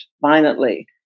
violently